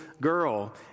girl